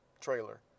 trailer